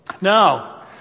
Now